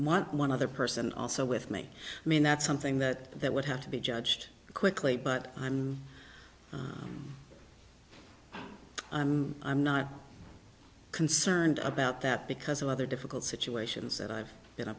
want one other person also with me i mean that's something that that would have to be judged quickly but i'm i'm i'm not concerned about that because of other difficult situations that i've been a